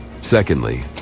Secondly